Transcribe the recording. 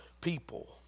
people